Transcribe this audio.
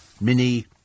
Mini